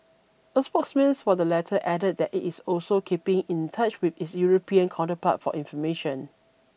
a spokesman for the latter added that it is also keeping in touch with its European counterpart for information